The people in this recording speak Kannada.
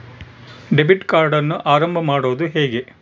ಡೆಬಿಟ್ ಕಾರ್ಡನ್ನು ಆರಂಭ ಮಾಡೋದು ಹೇಗೆ?